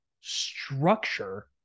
structure